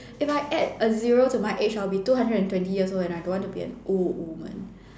if I add a zero to my age I will be two hundred and twenty years old and I don't want to be an old woman